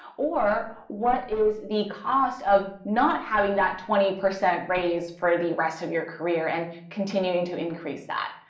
or what is the cost of not having that twenty percent raise for the rest of your career and continuing to increase that?